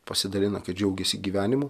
pasidalina kad džiaugiasi gyvenimu